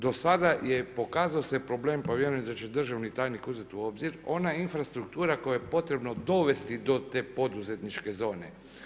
Do sada se pokazao problem pa vjerujem da će državni tajnik uzet u obzir, ona infrastruktura koju je potrebno dovesti do te poduzetničke zone.